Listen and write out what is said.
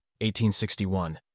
1861